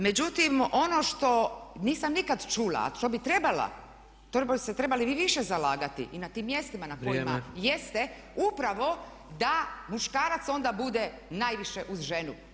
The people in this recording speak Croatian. Međutim, ono što nisam nikad čula, a što bi trebala, to bi ste se trebali vi više zalagati i na tim mjestima na kojima jeste upravo da muškarac onda bude najviše uz ženu.